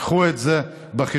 קחו את זה בחשבון,